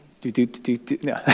Do-do-do-do-do